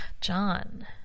John